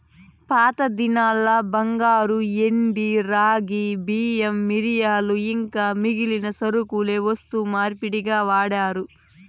పాతదినాల్ల బంగారు, ఎండి, రాగి, బియ్యం, మిరియాలు ఇంకా మిగిలిన సరకులే వస్తు మార్పిడిగా వాడారు